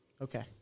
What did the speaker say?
Okay